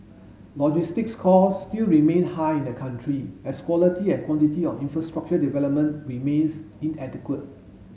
logistics costs still remain high in the country as quality and quantity of infrastructure development remains inadequate